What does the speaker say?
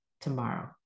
tomorrow